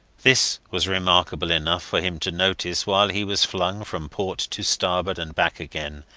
this was remarkable enough for him to notice while he was flung from port to starboard and back again,